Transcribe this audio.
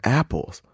apples